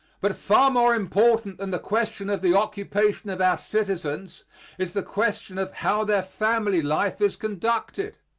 but far more important than the question of the occupation of our citizens is the question of how their family life is conducted.